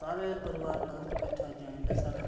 सारे परिवार मतलब कट्ठा जाइंट ऐ साढ़ा